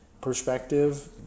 perspective